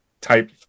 type